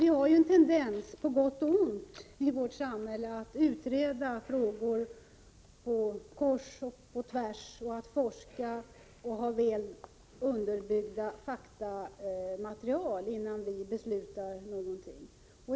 Vi har en tendens i vårt samhälle på gott och ont att utreda frågor kors och tvärs, att forska och ha väl underbyggda faktamaterial innan vi beslutar.